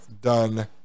done